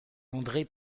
andre